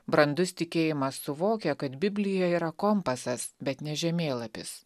brandus tikėjimas suvokia kad biblija yra kompasas bet ne žemėlapis